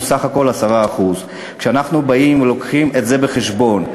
בסך הכול 10%. כשאנחנו מביאים את זה בחשבון,